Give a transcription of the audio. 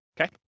okay